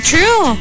True